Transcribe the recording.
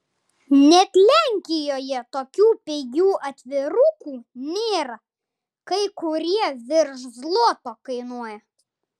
net lenkijoje tokių pigių atvirukų nėra kai kurie virš zloto kainuoja